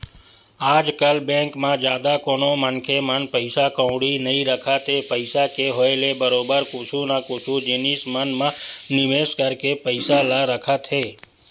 आजकल बेंक म जादा कोनो मनखे मन पइसा कउड़ी नइ रखत हे पइसा के होय ले बरोबर कुछु न कुछु जिनिस मन म निवेस करके पइसा ल रखत हे